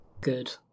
good